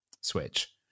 switch